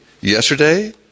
yesterday